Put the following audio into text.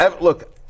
Look